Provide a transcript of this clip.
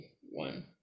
one